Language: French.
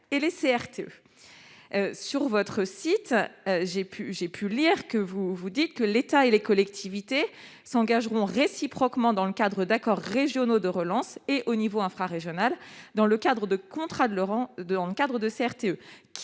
et les CRTE. Sur le site de votre ministère, on lit que l'État et les collectivités s'engageront réciproquement dans le cadre d'accords régionaux de relance et, au niveau infrarégional, dans le cadre de CRTE,